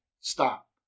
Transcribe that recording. stop